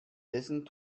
listened